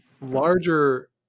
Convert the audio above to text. larger